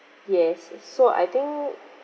yes so I think